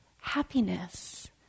happiness